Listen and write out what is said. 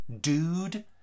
dude